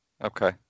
okay